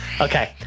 Okay